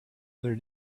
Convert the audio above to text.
other